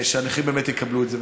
שהנכים באמת יקבלו את זה,